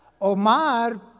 Omar